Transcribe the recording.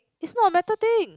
it's not a metal thing